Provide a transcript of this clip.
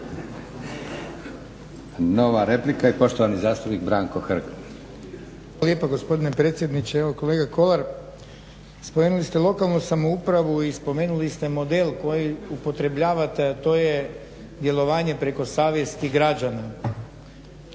Nova replika i poštovani zastupnik Branko Hrg. **Hrg, Branko (HSS)** Hvala lijepo gospodine predsjedniče. Evo kolega Kolar spomenuli ste lokalnu samoupravu i spomenuli ste model koji upotrebljavati a to je djelovanje preko savjesti građana.